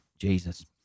Jesus